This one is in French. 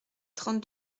trente